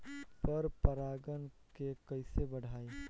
पर परा गण के कईसे बढ़ाई?